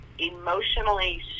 emotionally